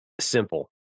simple